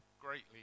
greatly